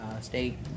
state